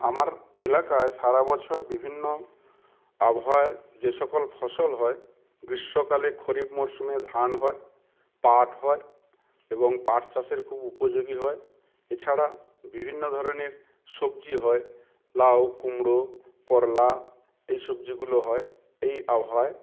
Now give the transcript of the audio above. আমার এলাকায় সারা বছর বিভিন্ন আবহাওয়ায় যে সকল ফসল হয় গ্রীষ্মকালে খরিফ মরশুমে ধান হয় পাট হয় এবং পাট চাষের খুব উপযোগী হয় এছাড়া বিভিন্ন ধরনের সবজি হয় লাউ কুমড়ো করলা এই সবজিগুলো হয় এই আবহাওয়ায়